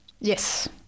yes